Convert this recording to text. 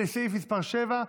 לסעיף מס' 7,